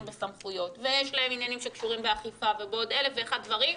בסמכויות ויש להם עניינים שקשורים באכיפה ובעוד אלף ואחת דברים,